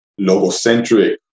logocentric